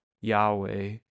Yahweh